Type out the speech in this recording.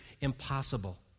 impossible